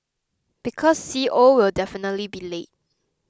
because C O will definitely be late